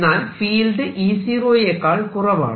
എന്നാൽ field E0 യെക്കാൾ കുറവാണ്